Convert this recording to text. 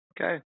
Okay